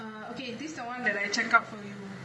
okay this the one that I check up for you